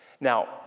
Now